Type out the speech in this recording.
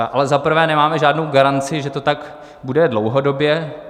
Ale za prvé nemáme žádnou garanci, že to tak bude dlouhodobě.